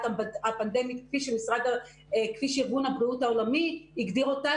הפנדמית כפי שארגון הבריאות העולמי הגדיר אותה,